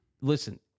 listen